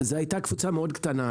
זו הייתה קבוצה מאוד קטנה,